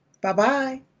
Bye-bye